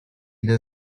the